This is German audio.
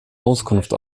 auskunft